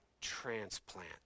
transplant